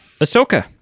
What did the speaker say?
Ahsoka